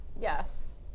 Yes